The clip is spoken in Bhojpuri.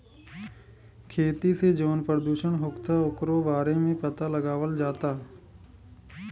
खेती से जवन प्रदूषण होखता ओकरो बारे में पाता लगावल जाता